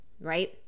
right